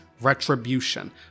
retribution